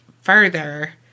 further